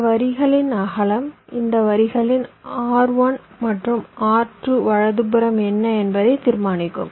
இந்த வரியின் அகலம் இந்த வரிகளின் R1 மற்றும் R2 வலதுபுறம் என்ன என்பதை தீர்மானிக்கும்